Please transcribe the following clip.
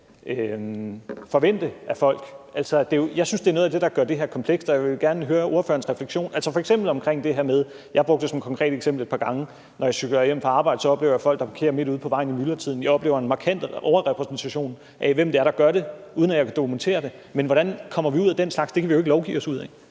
forvente af folk? Jeg synes, det er noget af det, der gør det her komplekst, og jeg vil gerne høre ordførerens refleksion, f.eks. omkring det, jeg har brugt som et konkret eksempel et par gange, altså at jeg, når jeg cykler hjem fra arbejde, oplever folk, der parkerer midt ude på vejen i myldretiden, jeg oplever en markant overrepræsentation af, hvem det er, der gør det, uden at jeg kan dokumentere det. Men hvordan kommer vi ud af den slags? Det kan vi jo ikke lovgive os ud af.